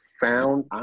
found